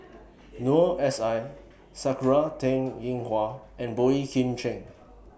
Noor S I Sakura Teng Ying Hua and Boey Kim Cheng